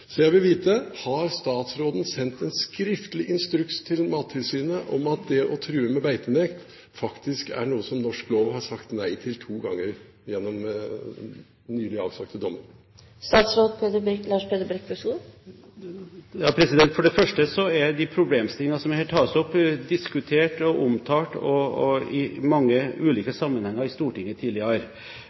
Så jeg vil vite: Har statsråden sendt en skriftlig instruks til Mattilsynet om at det å true med beitenekt faktisk er noe som norsk lov har sagt nei til to ganger, gjennom nylig avsagte dommer? For det første er de problemstillingene som her tas opp, diskutert og omtalt i mange ulike sammenhenger i Stortinget tidligere.